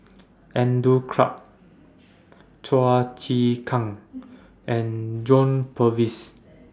Andrew Clarke Chua Chim Kang and John Purvis